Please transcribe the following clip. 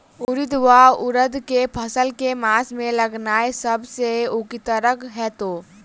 उड़ीद वा उड़द केँ फसल केँ मास मे लगेनाय सब सऽ उकीतगर हेतै?